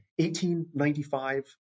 1895